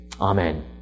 Amen